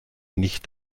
nicht